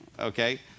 Okay